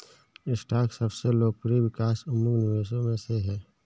stock सबसे लोकप्रिय विकास उन्मुख निवेशों में से है